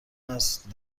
نسل